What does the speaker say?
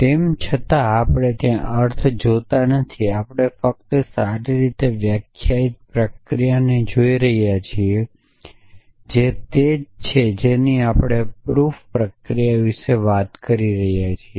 તેમ છતાં આપણે ત્યાં અર્થ જોતા નથી આપણે ફક્ત સારી રીતે વ્યાખ્યાયિત પ્રક્રિયાને જોઈ રહ્યા છીએ જે તે જ છે જેની આપણે પ્રુફ પ્રક્રિયા વિશે વાત કરી રહ્યા છીએ